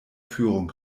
führung